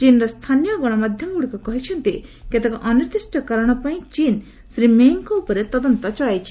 ଚୀନ୍ର ସ୍ଥାନୀୟ ଗଣମାଧ୍ୟମଗୁଡ଼ିକ କହିଛନ୍ତି କେତେକ ଅନିର୍ଦ୍ଦିଷ୍ଟ କାରଣପାଇଁ ଚୀନ୍ ଶ୍ରୀ ମେଙ୍ଗ୍ଙ୍କ ଉପରେ ତଦନ୍ତ ଚଳାଇଛି